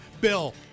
Bill